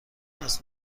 است